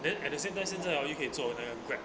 then at the same time 现在 orh 又可以做那样 grab